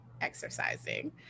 exercising